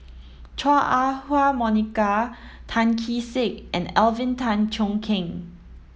Chua Ah Huwa Monica Tan Kee Sek and Alvin Tan Cheong Kheng